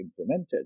implemented